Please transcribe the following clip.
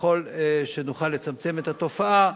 ככל שנוכל לצמצם את התופעה,